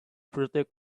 protect